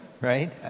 right